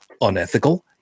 unethical